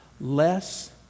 less